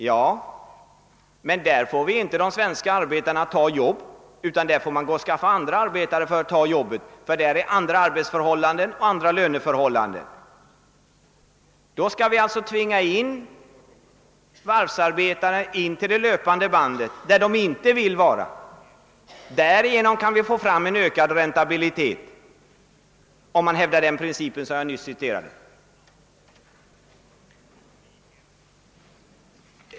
Ja, men där får vi inte de svenska arbetarna att ta anställning utan andra arbetare får rekryteras för att utföra jobbet. Inom bilindustrin råder nämligen andra arbetsoch löneförhållanden. Vi måste alltså tvinga in varvsarbetarna till det löpande bandet, dit de inte vill, om vi skall kunna åstadkomma en ökad räntabilitet enligt den tes som jag nyss redogjort för.